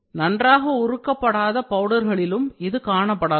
நன்றாக உருக்கப்படாத பவுடர்களிலும் இது காணப்படலாம்